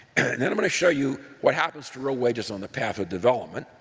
and then i'm going to show you what happens to real wages on the path of development,